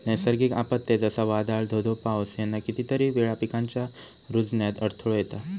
नैसर्गिक आपत्ते, जसा वादाळ, धो धो पाऊस ह्याना कितीतरी वेळा पिकांच्या रूजण्यात अडथळो येता